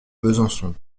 besançon